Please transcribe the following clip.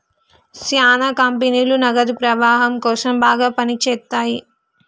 శ్యానా కంపెనీలు నగదు ప్రవాహం కోసం బాగా పని చేత్తయ్యి